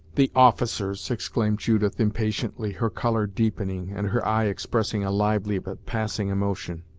the officers! exclaimed judith, impatiently, her color deepening, and her eye expressing a lively but passing emotion.